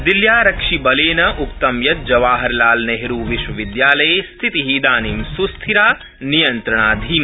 दिल्ल्यारक्षिबलेन उक्तं यत् जवाहरलालनेहरूविश्वविद्यालये स्थिति इदानीं स्स्थिरा नियन्त्रणाधीना